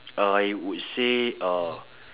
I would say uh